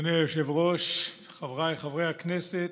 אדוני היושב-ראש, חבריי חברי הכנסת,